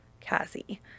Cassie